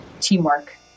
teamwork